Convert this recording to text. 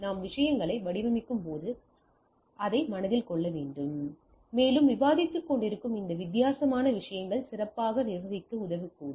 நாம் விஷயங்களை வடிவமைக்கும்போது அந்த விஷயங்களை மனதில் கொள்ள வேண்டும் மேலும் விவாதித்துக்கொண்டிருக்கும் இந்த வித்தியாசமான விஷயங்கள் சிறப்பாக நிர்வகிக்க உதவக்கூடும்